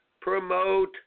Promote